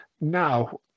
now